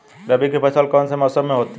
रबी की फसल कौन से मौसम में होती है?